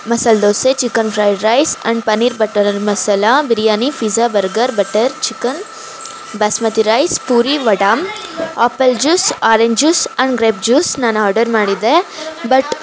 ಮಸಾಲೆ dosa chicken fried rice and paneer butter masala biryani pizza burger butter chicken basmati rice puri vada apple juice orange juice and grape juice naan order ಮಾಡಿದ್ದೆ but